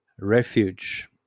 Refuge